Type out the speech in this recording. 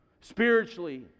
spiritually